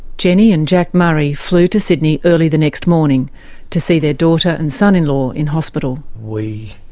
jenny and jack murray flew to sydney early the next morning to see their daughter and son-in-law in hospital. we